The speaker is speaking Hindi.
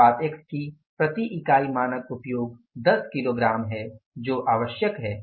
उत्पाद x की प्रति इकाई मानक उपयोग 10 किलोग्राम है जो आवश्यक है